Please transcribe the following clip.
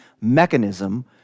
mechanism